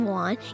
one